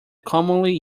commonly